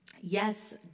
Yes